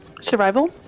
survival